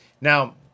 Now